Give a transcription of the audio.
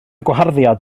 gwaharddiad